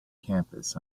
campus